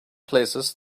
places